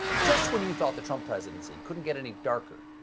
just when you thought the trump presidency couldn't get any darker,